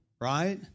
right